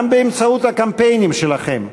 גם באמצעות הקמפיינים שלכם,